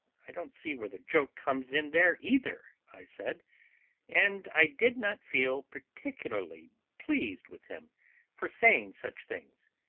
i don't see where the joke comes in there either! i said and i did not feel particularly pleased with him for saying such things.